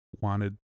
wanted